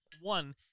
one